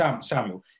Samuel